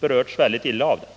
berörts mycket illa av den.